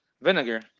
vinegar